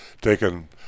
taken